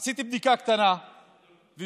עשיתי בדיקה קטנה וביררתי